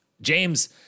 James